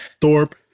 Thorpe